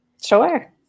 sure